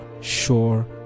sure